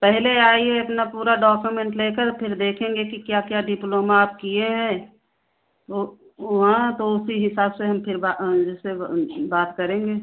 पहले आइए अपना पूरा डाकोमेंट लेकर फिर देखेंगे कि क्या क्या डिप्लोमा आप किए हैं वह हुआ तो उसी हिसाब से हम फिर बा जेसे बात करेंगे